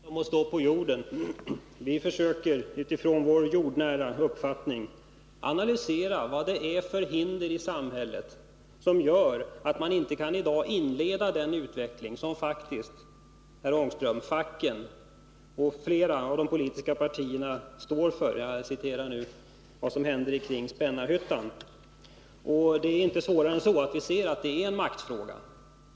Herr talman! Tala inte om att stå på jorden! Vi försöker utifrån vår jordnära uppfattning analysera vad det är för hinder i samhället som gör att mani dag inte kan inleda den utveckling som faktiskt, herr Ångström, facken och flera av de politiska partierna ställer upp för. Jag talar nu om vad som händer kring Spännarhyttan. Det är en maktfråga, svårare är det inte.